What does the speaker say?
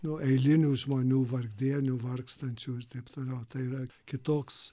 nu eilinių žmonių vargdienių vargstančių ir taip toliau tai yra kitoks